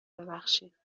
ببخشید